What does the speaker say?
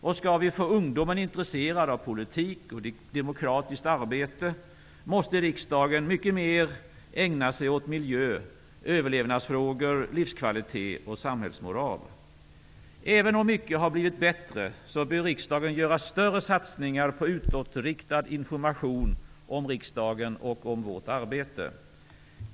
Om vi skall få ungdomen intresserad av politik och demokratiskt arbete måste riksdagen ägna sig mycket mer åt miljö, överlevnadsfrågor, livskvalitet och samhällsmoral. Även om mycket har blivit bättre bör riksdagen göra större satsningar på utåtriktad information om riksdagen och om vårt arbete.